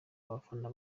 abafana